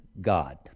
God